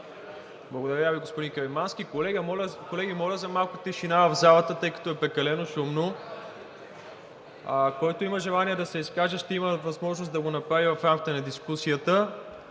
Благодаря Ви, господин Каримански. Колеги, моля за малко тишина в залата, тъй като е прекалено шумно. Който има желание да се изкаже, ще има възможност да го направи в рамките на дискусията.